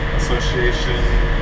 association